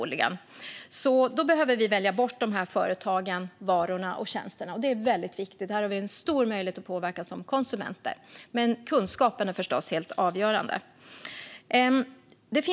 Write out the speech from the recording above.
Då behöver vi välja bort dessa företag, varor och tjänster. Det är väldigt viktigt. Här har vi en stor möjlighet att påverka som konsumenter, men kunskapen är förstås helt avgörande.